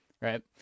right